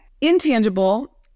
Intangible